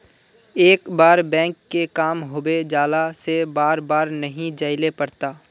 एक बार बैंक के काम होबे जाला से बार बार नहीं जाइले पड़ता?